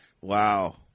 Wow